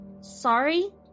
sorry